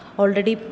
already